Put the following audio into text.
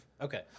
Okay